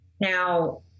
Now